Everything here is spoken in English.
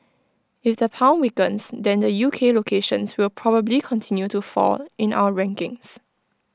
if the pound weakens then the U K locations will probably continue to fall in our rankings